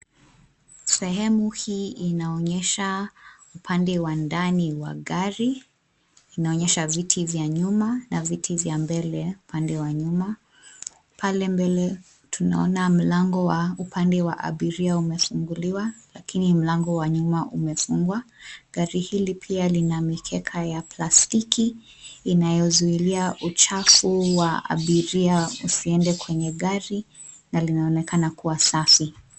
Sehemu hii inaonyesha upande wa ndani wa gari. Inaonyesha viti vya nyuma na viti vya mbele upande wa nyuma. Pale mbele tunaona mlango wa upande wa abiria umefunguliwa lakini mlango wa nyuma umefungwa. Gari hili pia lina mikeka ya plastiki inayozuilia uchafu wa abiria usiende kwenye gari na linaonekana kuwa safi.